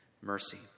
mercy